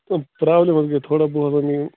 problem حظ گٔے تھوڑا بہت یِم